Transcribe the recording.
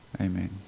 Amen